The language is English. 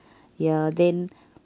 ya then